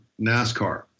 NASCAR